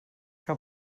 que